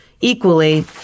equally